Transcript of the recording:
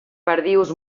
perdius